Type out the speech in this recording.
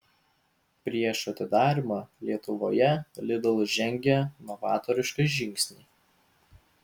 prieš atidarymą lietuvoje lidl žengė novatorišką žingsnį